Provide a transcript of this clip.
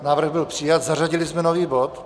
Návrh byl přijat, zařadili jsme nový bod.